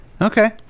Okay